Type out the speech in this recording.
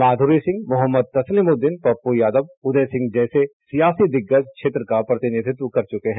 माधुरी सिंह मोहम्मद तस्लीमउद्दीनपप्पू यादव उदय सिंह जैसे सियासी दिग्गज क्षेत्र का प्रतिनिधित्व कर चुके हैं